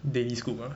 daily scoop ah